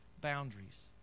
boundaries